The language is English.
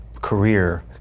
career